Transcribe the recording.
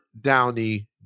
Downey